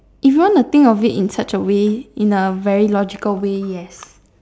if you want to think about it in such a way in a very logical way yes